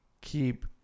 keep